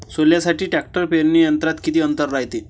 सोल्यासाठी ट्रॅक्टर पेरणी यंत्रात किती अंतर रायते?